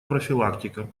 профилактика